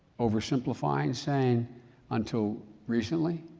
over simplifying, saying until recently,